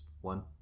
one